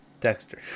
Dexter